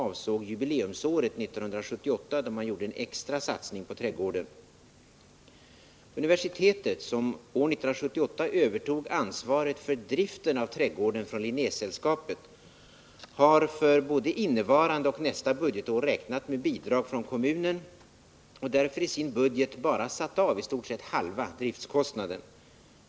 — avsåg jubileumsåret 1978, då man gjorde en extra satsning på trädgården. Universitetet, som år 1978 övertog ansvaret för driften av trädgården från Linnésällskapet, har för både innevarande och nästa budgetår räknat med bidrag från kommunen och därför i sin budget bara satt av i stort sett halva driftkostnaden.